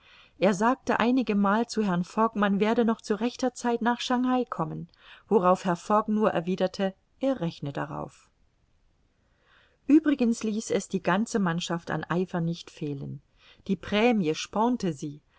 er sagte einigemal zu herrn fogg man werde noch zu rechter zeit nach schangai kommen worauf herr fogg nur erwiderte er rechne darauf übrigens ließ es die ganze mannschaft an eifer nicht fehlen die prämie spornte sie